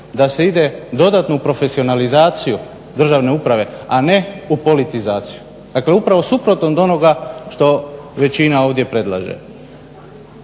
da se ide u dodatnu profesionalizaciju državne uprave a ne u politizaciju. Dakle, upravo suprotno od onoga što većina ovdje predlaže.